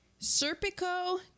Serpico